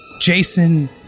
Jason